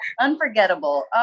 Unforgettable